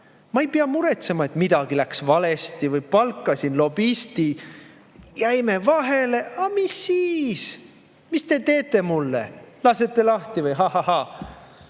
ma ei pea muretsema, et midagi läks valesti, näiteks kui ma palkasin lobisti. "Jäime vahele? Aga mis siis?! Mis te teete mulle? Lasete lahti või? Hahahaa!